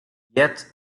yet